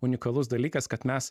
unikalus dalykas kad mes